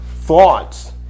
thoughts